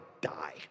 die